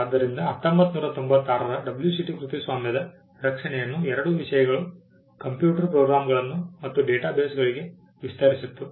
ಆದ್ದರಿಂದ 1996 ರ WCT ಕೃತಿಸ್ವಾಮ್ಯದ ರಕ್ಷಣೆಯನ್ನು ಎರಡು ವಿಷಯಗಳು ಕಂಪ್ಯೂಟರ್ ಪ್ರೋಗ್ರಾಂಗಳನ್ನು ಮತ್ತು ಡೇಟಾ ಬೇಸ್ಗಳಿಗೆ ವಿಸ್ತರಿಸಿತು